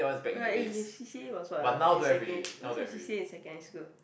oh ya eh your C_C_A was what ah in secon~ what's your C_C_A in secondary school